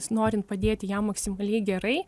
norint padėti jam maksimaliai gerai